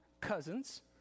cousins